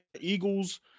Eagles